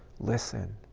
listen.